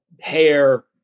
hair